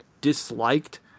disliked